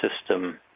system